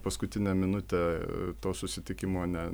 paskutinę minutę to susitikimo ne